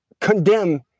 condemn